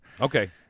Okay